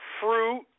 fruit